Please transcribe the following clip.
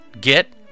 Get